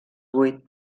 vuit